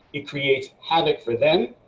it creates havoc for them,